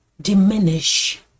diminish